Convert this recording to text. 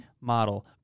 model